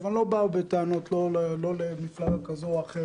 אני לא בא בטענות למפלגה כזו או אחרת.